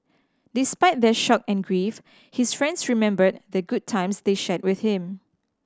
despite their shock and grief his friends remembered the good times they shared with him